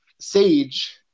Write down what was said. Sage